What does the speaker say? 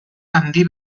handi